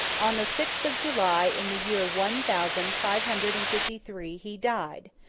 on the sixth of july, in the year one thousand five hundred and fifty three, he died,